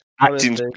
acting